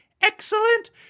excellent